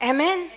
Amen